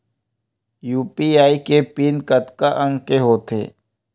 UPI के PIN कतका अंक के होथे?